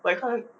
but you can't